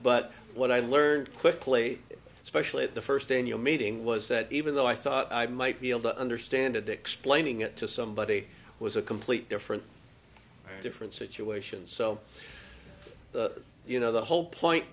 but what i learned quickly especially at the first annual meeting was that even though i thought i might be able to understand it explaining it to somebody was a complete different different situation so you know the whole point